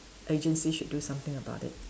agency should do something about it